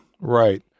Right